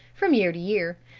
from year to year,